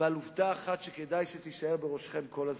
ועל עובדה אחת, שכדאי שתישאר בראשיכם כל הזמן: